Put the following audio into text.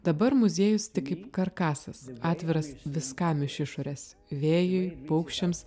dabar muziejus tik kaip karkasas atviras viskam iš išorės vėjui paukščiams